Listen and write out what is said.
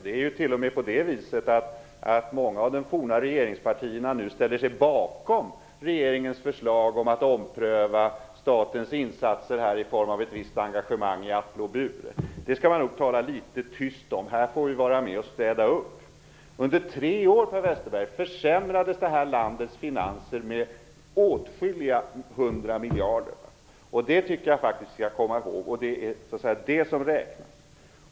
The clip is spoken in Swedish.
Det är t.o.m. så att många av de forna regeringspartierna nu ställer sig bakom regeringens förslag om att ompröva statens insatser i form av ett visst engagemang i Atle och Bure. Det här skall man nog tala litet tyst om. Vi får här vara med om att städa upp. Under tre år, Per Westerberg, försämrades vårt lands finanser med åtskilliga hundra miljarder, och det är vad som räknas.